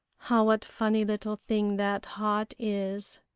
ah, what funny little thing that heart is!